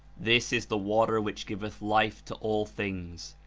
this is the water which giveth life to all things.